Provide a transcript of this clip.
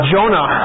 Jonah